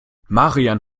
marian